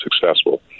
successful